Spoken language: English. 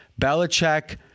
Belichick